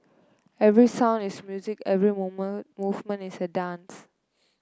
every sound is music every moment movement is a dance